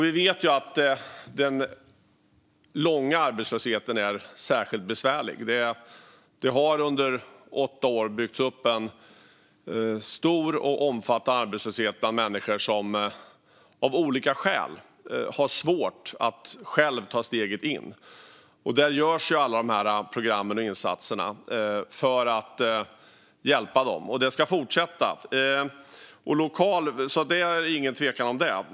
Vi vet ju att den långa arbetslösheten är särskilt besvärlig. Det har under åtta år byggts upp en stor och omfattande arbetslöshet bland människor som av olika skäl har svårt att själva ta steget in. Där görs alla de här programmen och insatserna för att hjälpa dem, och det ska fortsätta. Det är ingen tvekan om det.